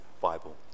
Bible